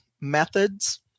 methods